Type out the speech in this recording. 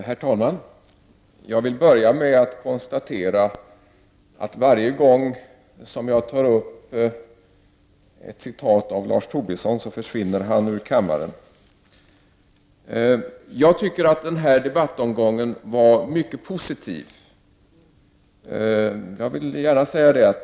Herr talman! Jag vill börja med att konstatera att varje gång jag tar upp ett citat av Lars Tobisson försvinner han ur kammaren. Jag tycker att denna debattomgång har varit mycket positiv.